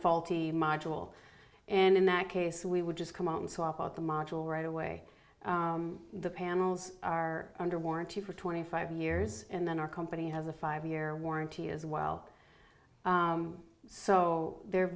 faulty module and in that case we would just come out and swap out the module right away the panels are under warranty for twenty five years and then our company has a five year warranty as well so they're